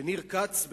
וניר כץ,